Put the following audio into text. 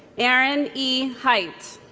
erin e. hite